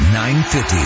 950